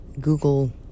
Google